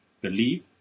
Believe